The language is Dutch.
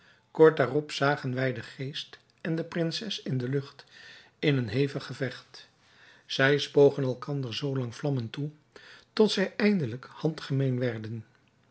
kort daarop zagen wij den geest en de prinses in de lucht in een hevig gevecht zij spogen elkander zoo lang vlammen toe tot zij eindelijk handgemeen werden